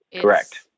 Correct